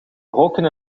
roken